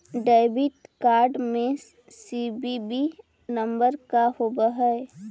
Debit card में CVV number का होव हइ?